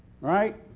right